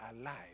alive